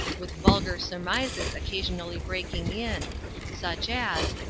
with vulgar surmises occasionally breaking in such as,